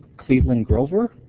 cleveland grover?